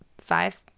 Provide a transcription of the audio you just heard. five